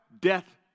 Death